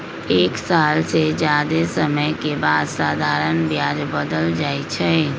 एक साल से जादे समय के बाद साधारण ब्याज बदल जाई छई